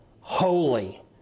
holy